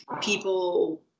people